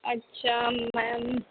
اچھا میم